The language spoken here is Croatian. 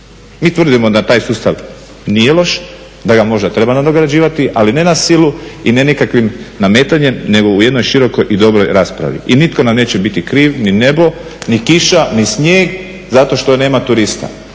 Mi tvrdimo da taj sustav nije loš, da ga možda treba nadograđivati ali ne na silu i ne nikakvim nametanjem nego u jednoj širokoj i dobroj raspravi. I nitko nam neće biti kriv ni nebo, ni kiša, ni snijeg zato što nema turista.